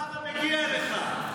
זכותך ומגיע לך.